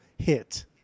hit